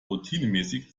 routinemäßig